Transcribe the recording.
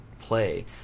play